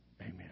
amen